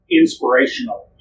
inspirational